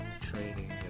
training